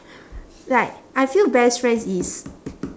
like I feel best friends is